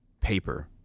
Paper